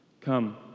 Come